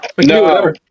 No